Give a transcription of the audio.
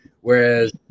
Whereas